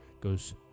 goes